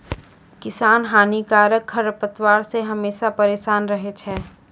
किसान हानिकारक खरपतवार से हमेशा परेसान रहै छै